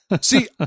See